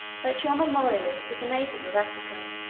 that your memorialist is a native of africa,